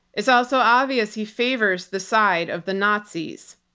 it's also obvious he favors the side of the nazis.